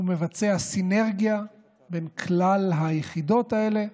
הוא מבצע סינרגיה בין כלל היחידות האלה.